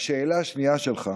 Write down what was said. לשאלה השנייה שלך,